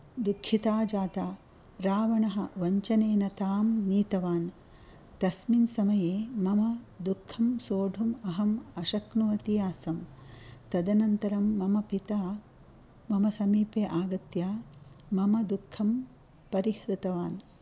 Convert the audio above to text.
दुःखिता जाता रावणः वञ्चनेन तां नीतवान् तस्मिन् समये मम दुःखं सोढुम् अहम् अशक्नोति आसं तदनन्तरं मम पिता मम समीपे आगत्य मम दुःखं परिहृतवान्